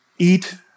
eat